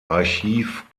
archiv